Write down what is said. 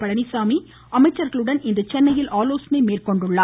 பழனிசாமி அமைச்சர்களுடன் இன்று சென்னையில் ஆலோசனை மேற்கொண்டார்